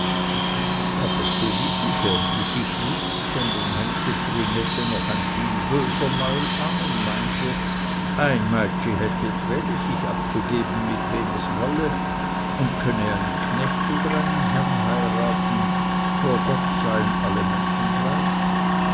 aber ds elisi schämte sich nicht sondern hängte trinette noch ein viel böser maul an und meinte ein meitschi hätte dwehli sich abzugeben mit wem es wolle und könne einen knecht oder einen herrn heiraten vor gott seien all menschen gleich